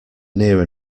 near